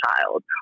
child